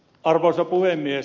arvoisa puhemies